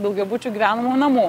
daugiabučių gyvenamųjų namų